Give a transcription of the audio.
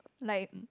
like mm